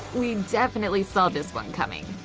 we definitely saw this one coming.